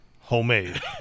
Homemade